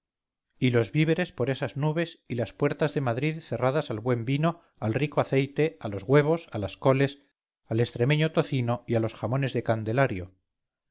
y los víveres por esas nubes y las puertas de madrid cerradas al buen vino al rico aceite a los huevos a las coles al extremeño tocino y a los jamones de candelario